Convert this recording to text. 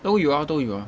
都有啊都有啊